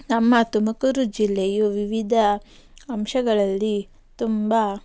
ನಮ್ಮ ತುಮಕೂರು ಜಿಲ್ಲೆಯು ವಿವಿಧ ಅಂಶಗಳಲ್ಲಿ ತುಂಬ